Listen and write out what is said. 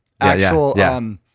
actual